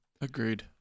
agreed